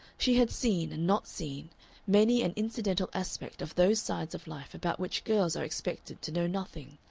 she had seen and not seen many an incidental aspect of those sides of life about which girls are expected to know nothing,